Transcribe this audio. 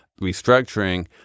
restructuring